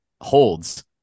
holds